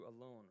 alone